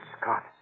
Scott